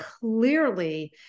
clearly